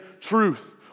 truth